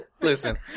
Listen